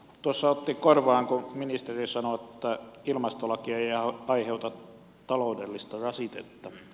tuossa otti korvaan kun ministeri sanoi että ilmastolaki ei aiheuta taloudellista rasitetta